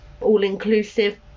all-inclusive